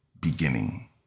beginning